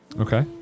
Okay